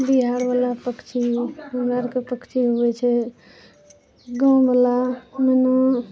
बिहार बला पक्षी हमरा आरके पक्षी होइ छै गाँव बला कोनो